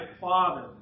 father